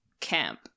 camp